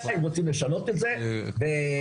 אם רוצים לשנות את זה ולקבוע.